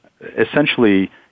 essentially